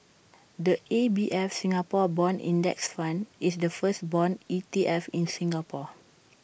the A B F Singapore Bond index fund is the first Bond E T F in Singapore